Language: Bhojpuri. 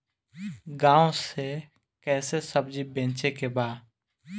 गांव से कैसे सब्जी बेचे के बा?